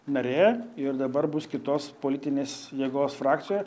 narė ir dabar bus kitos politinės jėgos frakcijoje